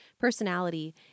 personality